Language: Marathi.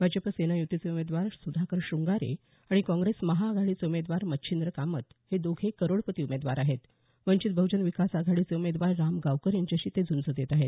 भाजपा सेना युतीचे उमेदवार सुधाकर श्रंगारे आणि काँग्रेस महाआघाडीचे उमेदवार मच्छींद्र कांमत हे दोघे करोडपती उमेदवार आहेत वंचित बह्जन विकास आघाडीचे उमेदवार राम गारकर त्यांच्याशी झूंज देत आहेत